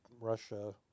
Russia